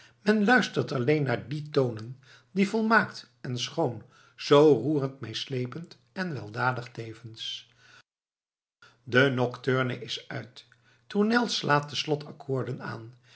men luistert alleen naar die tonen zoo volmaakt en schoon zoo roerend meesleepend en weldadig tevens de nocturne is uit tournel slaat de slotakkoorden aan